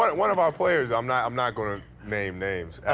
um one of our players, i'm not i'm not going to name names,